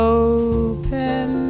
open